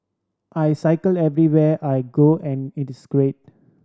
I cycle everywhere I go and it is great